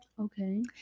okay